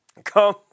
Come